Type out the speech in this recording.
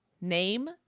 name